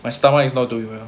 my stomach is not doing well